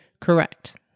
Correct